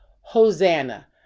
Hosanna